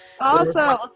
awesome